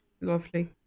Lovely